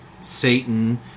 satan